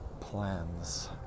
plans